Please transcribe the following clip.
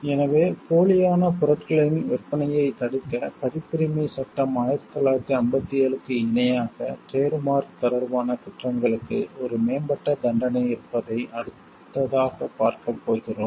எனவே போலியான பொருட்களின் விற்பனையைத் தடுக்க பதிப்புரிமைச் சட்டம் 1957 க்கு இணையாக டிரேட் மார்க் தொடர்பான குற்றங்களுக்கு ஒரு மேம்பட்ட தண்டனை இருப்பதை அடுத்ததாகப் பார்க்கப் போகிறோம்